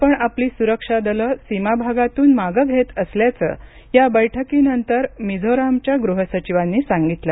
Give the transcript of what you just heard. आपण आपली सुरक्षा दलं सीमाभागातून मागं घेत असल्याचं या बैठकीनंतर मिझोरामच्या गृह सचिवांनी सांगितलं